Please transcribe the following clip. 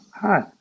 Hi